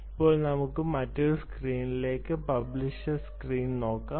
ഇപ്പോൾ നമുക്ക് മറ്റൊരു സ്ക്രീനിലേക്ക് പബ്ലിഷർ സ്ക്രീൻ നോക്കാം